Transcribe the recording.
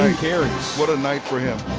what a night for him.